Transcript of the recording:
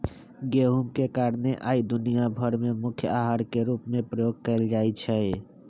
गेहूम के कारणे आइ दुनिया भर में मुख्य अहार के रूप में प्रयोग कएल जाइ छइ